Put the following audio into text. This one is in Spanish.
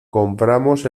compramos